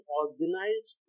organized